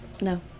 No